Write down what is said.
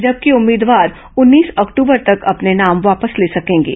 जबकि उम्मीदवार उन्नीस अक्टूबर तक अपने नाम वापस ले सकेंगे